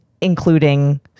including